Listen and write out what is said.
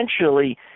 essentially